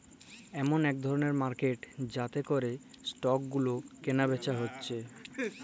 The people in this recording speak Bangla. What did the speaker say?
ইমল ইক ধরলের মার্কেট যাতে ক্যরে স্টক গুলা ক্যালা বেচা হচ্যে